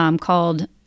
called